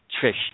Trish